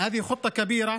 שזו תוכנית גדולה,